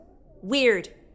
Weird